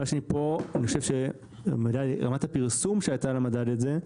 אני חושב גם שרמת הפרסום שהייתה למדד הזה,